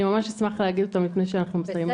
אני ממש אשמח להגיד אותם לפני שאנחנו מסיימים את הוועדה.